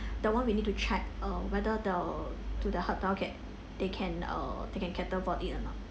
that [one] we need to check uh whether the do the hotel ca~ they can uh they can cater for it or not